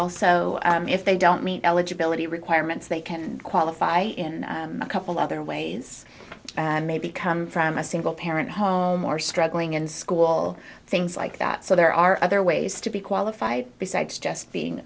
also if they don't meet eligibility requirements they can qualify in a couple other ways and maybe come from a single parent home or struggling in school things like that so there are other ways to be qualified besides just